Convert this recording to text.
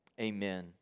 Amen